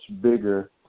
bigger